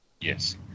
Yes